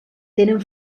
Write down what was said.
tenen